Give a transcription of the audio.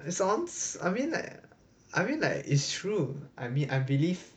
it sounds I mean like I mean like it's true I mean I believe